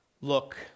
Look